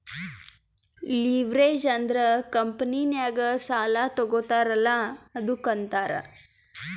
leverage ಅಂದುರ್ ಕಂಪನಿನಾಗ್ ಸಾಲಾ ತಗೋತಾರ್ ಅಲ್ಲಾ ಅದ್ದುಕ ಅಂತಾರ್